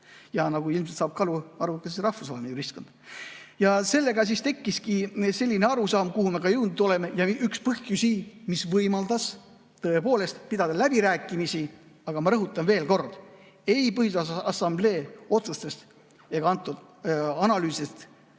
ja nagu ilmselt saab aru ka rahvusvaheline juristkond. Ja sellega siis tekkiski selline arusaam, kuhu me ka jõudnud oleme, ja üks põhjusi, mis võimaldas tõepoolest pidada läbirääkimisi. Aga ma rõhutan veel kord: ei Põhiseaduse Assamblee otsustest, tehtud analüüsist